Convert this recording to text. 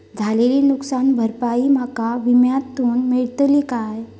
झालेली नुकसान भरपाई माका विम्यातून मेळतली काय?